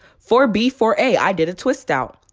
four b four a i did a twist out,